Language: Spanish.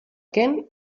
ken